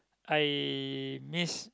I miss